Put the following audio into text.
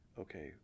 okay